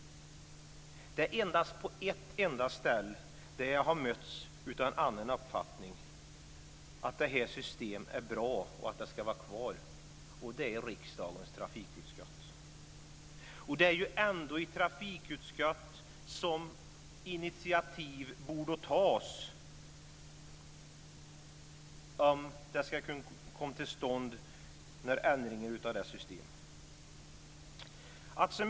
Det är bara på ett enda ställe som jag har mötts av en annan uppfattning, nämligen att det här systemet är bra och ska vara kvar. Det är i riksdagens trafikutskott. Det är ju ändå i trafikutskottet som initiativ borde tas om det ska kunna komma till stånd några ändringar av det här systemet.